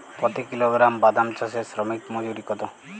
প্রতি কিলোগ্রাম বাদাম চাষে শ্রমিক মজুরি কত?